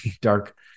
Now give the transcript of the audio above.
dark